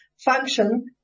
function